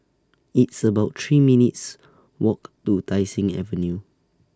It's about three minutes' Walk to Tai Seng Avenue